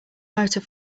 motor